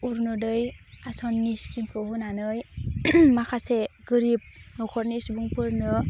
अरुन'दय आस'नि स्किमखौ होनानै माखासे गोरिब न'खरनि सुबुंफोरनो